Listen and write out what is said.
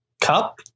cup